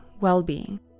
well-being